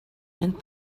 and